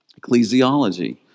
ecclesiology